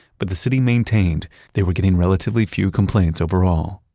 but the city maintained that were getting relatively few complaints overall